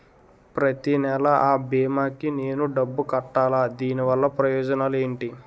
ప్రతినెల అ భీమా కి నేను డబ్బు కట్టాలా? దీనివల్ల ప్రయోజనాలు ఎంటి?